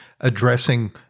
addressing